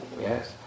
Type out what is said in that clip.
yes